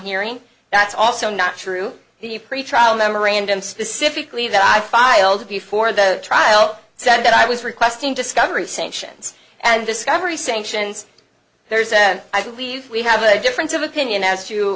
hearing that's also not true the pretrial memorandum specifically that i filed before the trial said that i was requesting discovery sanctions and discovery sanctions there's a i believe we have a difference of opinion as to